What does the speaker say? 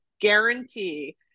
guarantee